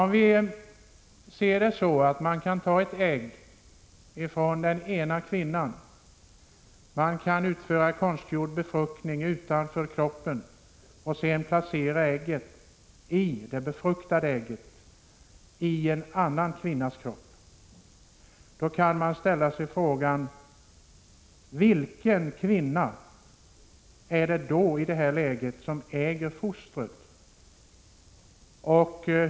Man kan t.ex. ta ett ägg från en kvinna, utföra konstgjord befruktning utanför kroppen och sedan placera det befruktade ägget i en annan kvinnas kropp. Man kan ställa frågan: Vilken kvinna är det som i det läget äger fostret?